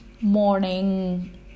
morning